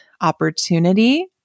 opportunity